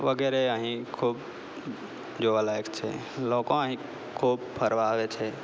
વગેરે અહીં ખૂબ જોવાલાયક છે લોકો અહીં ખૂબ ફરવા આવે છે